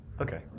Okay